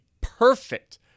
perfect